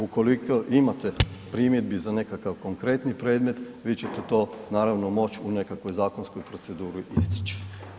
Ukoliko imate primjedbi za nekakvi konkretni predmet, vi ćete to naravno, moći u nekakvoj zakonskoj proceduri istaći.